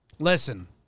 Listen